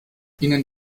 ihnen